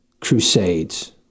crusades—